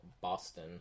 Boston